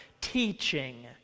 teaching